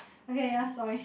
okay ya sorry